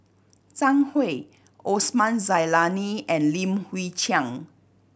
Zhang Hui Osman Zailani and Lim Chwee Chian